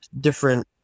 different